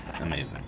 amazing